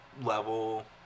level